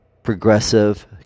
Progressive